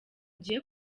ngiye